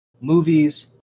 movies